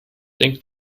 denk